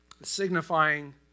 signifying